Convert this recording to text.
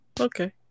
Okay